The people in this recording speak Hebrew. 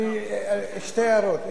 שתי הערות.